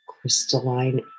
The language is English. crystalline